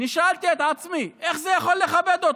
אני שאלתי את עצמי: איך זה יכול לכבד אותו?